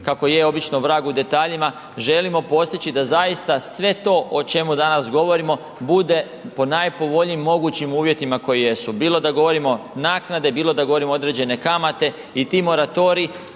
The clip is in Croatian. kako je obično vrag u detaljima želimo postići da zaista sve to o čemu danas govorimo bude po najpovoljnije mogućim uvjetima koji jesu, bilo da govorimo naknade, bilo da govorimo određene kamate i ti moratoriji.